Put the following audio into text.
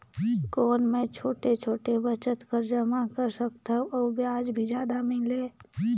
कौन मै छोटे छोटे बचत कर जमा कर सकथव अउ ब्याज भी जादा मिले?